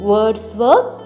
Wordsworth